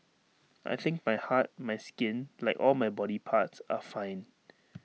I think my heart my skin like all my body parts are fine